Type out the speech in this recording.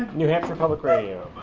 new hampshire public radio,